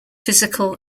physical